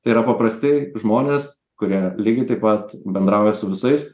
tai yra paprasti žmonės kurie lygiai taip pat bendrauja su visais